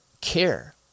care